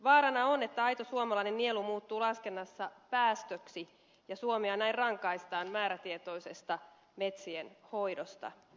vaarana on että aito suomalainen nielu muuttuu laskennassa päästöksi ja suomea näin rangaistaan määrätietoisesta metsien hoidosta